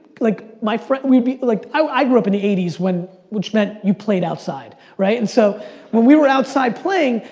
like, my friend would be, like, i grew up in the eighty s, when, which meant, you played outside, right? and so, when we were outside playing,